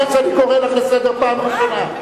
אני קורא אותך לסדר פעם שנייה.